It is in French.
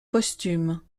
posthumes